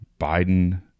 Biden